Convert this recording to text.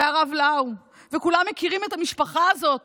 והרב לאו, וכולם מכירים את המשפחה הזאת